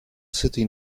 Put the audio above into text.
city